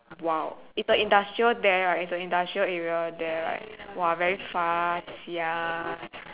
!wow! it's the industrial there right it's the industrial area there right [wah] very far sia